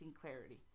clarity